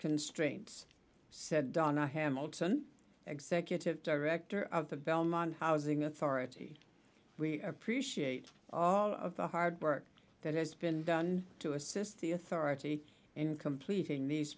constraints said donna hamilton executive director of the belmont housing authority we appreciate all of the hard work that has been done to assist the authority in completing these